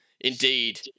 Indeed